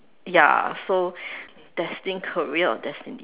ya so destined career or destiny